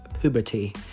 puberty